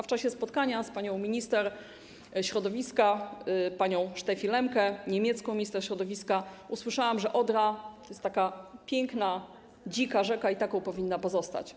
W czasie spotkania z minister środowiska panią Steffi Lemke, niemiecką minister środowiska, usłyszałam, że Odra to jest piękna dzika rzeka i taką powinna pozostać.